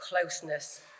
closeness